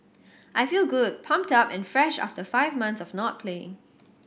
I feel good pumped up and fresh after five months of not playing